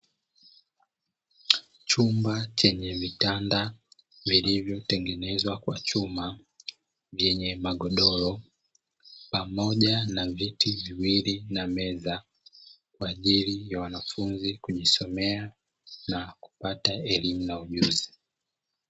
Chumba chenye vitanda vilivyotengenezwa kwa chuma, vyenye magodoro pamoja na viti viwili na meza kwa ajili ya wanafunzi kujisomea na kupata elimu na ujuzi.